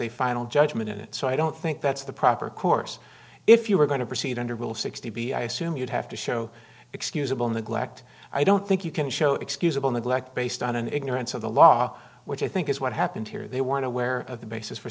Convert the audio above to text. a final judgment in it so i don't think that's the proper course if you are going to proceed under rule sixty b i assume you'd have to show excusable neglect i don't think you can show excusable neglect based on an ignorance of the law which i think is what happened here they want to wear of the basis for